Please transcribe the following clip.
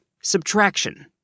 subtraction